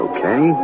Okay